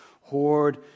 hoard